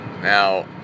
Now